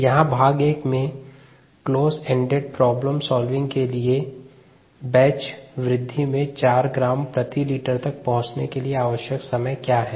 यहाँ भाग a में क्लोज एंडेड प्रॉब्लम सॉल्विंग के लिए बैच वृद्धि में 4 ग्राम प्रति लीटर तक पहुंचने के लिए आवश्यक आवश्यक समय क्या है